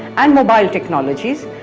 and mobile technologies,